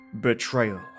betrayal